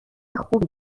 خوبی